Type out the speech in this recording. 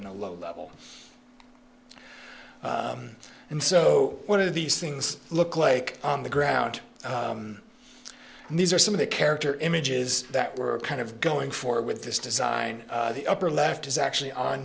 in a low level and so what are these things look like on the ground and these are some of the character images that were kind of going for with this design the upper left is actually on